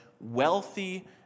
wealthy